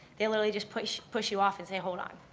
they literally just push push you off and say, hold on.